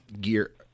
gear